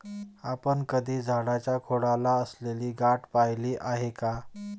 आपण कधी झाडाच्या खोडाला असलेली गाठ पहिली आहे का?